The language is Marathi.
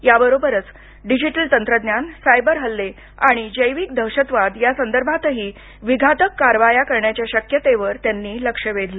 याबरोबरच डिजीटल तंत्रज्ञान सायबर हल्ले आणि जैविक दहशतवाद यासंदर्भातही विघातक कारवाया करण्याच्या शक्यतेवर त्यांनी लक्ष वेधलं